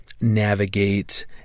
navigate